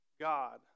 God